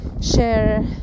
share